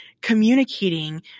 communicating